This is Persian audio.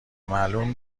معلوم